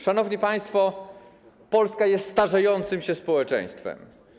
Szanowni państwo, Polska jest starzejącym się społeczeństwem.